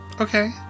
Okay